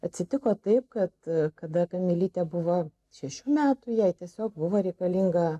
atsitiko taip kad kada kamilytė tebuvo šešių metų jai tiesiog buvo reikalinga